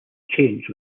change